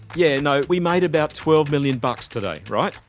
yeah, no, we made about twelve million bucks today, right,